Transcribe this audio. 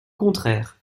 contraire